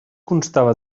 constava